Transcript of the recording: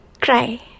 Cry